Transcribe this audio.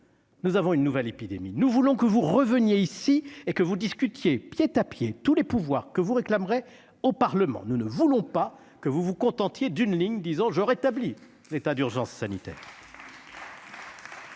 nous avons une nouvelle épidémie, nous voulons que vous reveniez ici et que vous discutiez pied à pied tous les pouvoirs que vous réclamerez au Parlement. Nous ne voulons pas que vous vous contentiez d'une ligne visant à rétablir l'état d'urgence sanitaire.